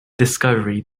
discovery